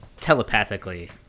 Telepathically